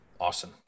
awesome